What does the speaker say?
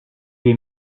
les